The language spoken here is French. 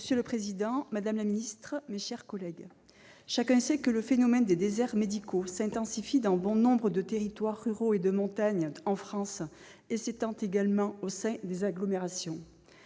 Monsieur le président, madame la secrétaire d'État, mes chers collègues, chacun sait que le phénomène des déserts médicaux s'intensifie dans bon nombre de territoires ruraux et de montagne en France et s'étend également au sein des agglomérations.